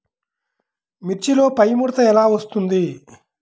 మిర్చిలో పైముడత ఎలా వస్తుంది?